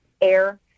air